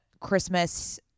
Christmas